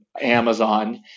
Amazon